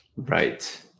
Right